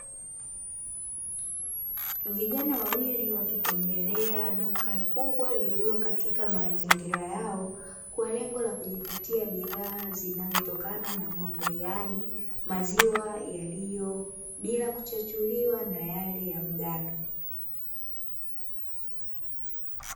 Vijana wawili wakitembelea duka kubwa lililo katika mazingira yao, kuwa lengo la kujipatia bidhaa zinazotokana na ng'ombe yaani maziwa yaliyo bila kuchochuliwa na yale ya mgando